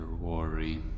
worry